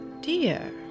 dear